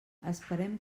esperem